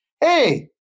Hey